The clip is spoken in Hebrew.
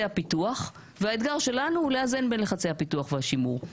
הפיתוח והאתגר שלנו הוא לאזן בין לחצי הפיתוח והשימור.